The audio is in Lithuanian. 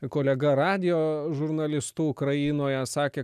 kolega radijo žurnalistu ukrainoje sakė